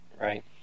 right